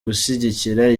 gushyigikira